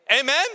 Amen